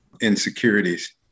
insecurities